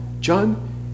John